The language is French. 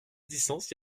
distance